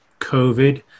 COVID